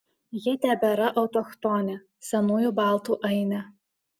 ji tebėra autochtonė senųjų baltų ainė